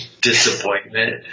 disappointment